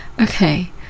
Okay